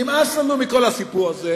נמאס לנו מכל הסיפור הזה.